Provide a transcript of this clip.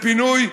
לפינוי.